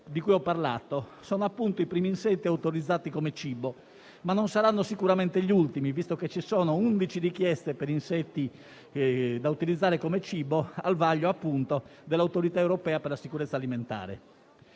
di cui prima ho parlato - sono i primi insetti autorizzati come cibo, ma non saranno sicuramente gli ultimi, visto che ci sono undici richieste per insetti da utilizzare come cibo al vaglio dell'Autorità europea per la sicurezza alimentare.